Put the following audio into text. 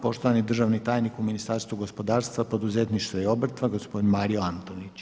Poštovani državni tajnik u Ministarstvu gospodarstva, poduzetništva i obrta gospodin Mario Antonić.